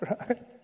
right